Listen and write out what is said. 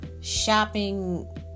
shopping